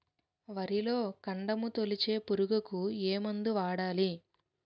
వరిలో కాండము తొలిచే పురుగుకు ఏ మందు వాడాలి?